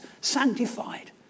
sanctified